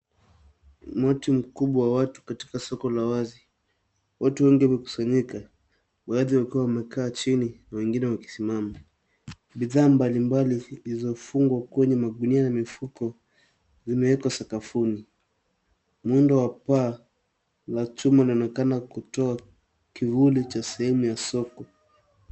Umati mkubwa wa watu katika soko la wazi. Watu wengi wamekusanyika. Baadhi wakiwa wamekaa chini na wengine wakisimama. Bidhaa mbalimbali zilizofungwa kwenye magunia na mifuko zimewekwa sakafuni. Muundo wa paa la chuma unaonekana kutoa kivuli cha sehemu ya soko.